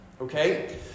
Okay